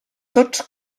tots